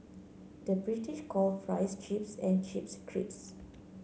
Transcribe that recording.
the British calls fries chips and chips crisps